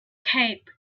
cape